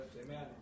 amen